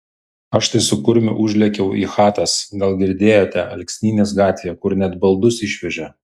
aš tai su kurmiu užlėkiau į chatas gal girdėjote alksnynės gatvėje kur net baldus išvežė